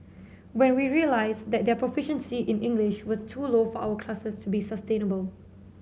but we realised that their proficiency in English was too low for our classes to be sustainable